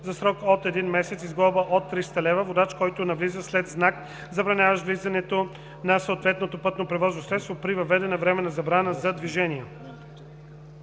за срок от 1 месец и с глоба от 300 лв. водач, който навлиза след знак, забраняващ влизането на съответното пътно превозно средство при въведена временна забрана за движение.“